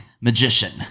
magician